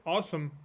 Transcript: Awesome